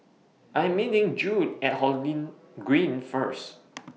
I Am meeting Jude At Holland Green First